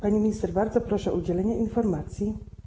Pani minister, bardzo proszę o udzielenie informacji.